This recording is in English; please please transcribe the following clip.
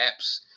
apps